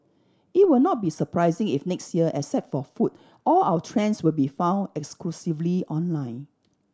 it will not be surprising if next year except for food all our trends will be found exclusively online